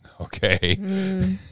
okay